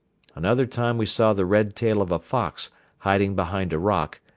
another time we saw the red tail of a fox hiding behind a rock,